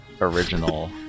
original